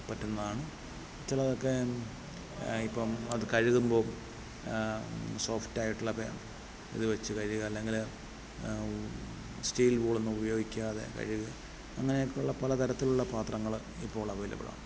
പറ്റുന്നതാണ് ചിലതൊക്കെ ഇപ്പം അത് കഴുകുമ്പോൾ സോഫ്റ്റായിട്ടുള്ള ഇത് വെച്ച് കഴുക അല്ലെങ്കിൽ സ്റ്റീൽ ബോളൊന്നും ഉപയോഗിക്കാതെ കഴുക അങ്ങനെയൊക്കെയുള്ള പല തരത്തിലുള്ള പാത്രങ്ങൾ ഇപ്പോൾ അവൈലബിൾ ആണ്